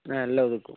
എല്ലാം ഒതുക്കും